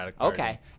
Okay